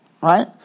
right